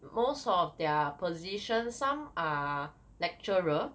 most of their position some are lecturer